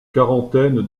quarantaine